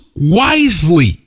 wisely